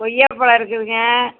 கொய்யா பழம் இருக்குதுங்க